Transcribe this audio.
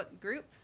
group